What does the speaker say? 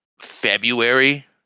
February